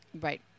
Right